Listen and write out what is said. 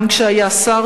גם כשהיה שר,